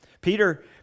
Peter